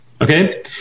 Okay